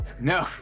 No